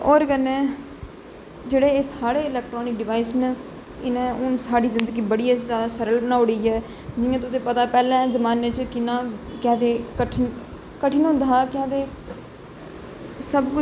ते औऱ कन्नै जेहडे एह् साढ़े इल्केट्रानिक डिवाइस ना इनें हून साढ़ी जिंगदी बड़ी ज्यादा आसान बनाई ओड़ी ऐ जियां तुसेंगी पता पैहले जमाने च किन्ना केह् आक्खदे कठन कठिन होंदा हा केह् आक्खदे